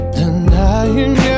denying